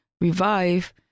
revive